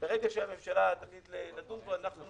ברגע שהממשלה תחליט לדון בו, אנחנו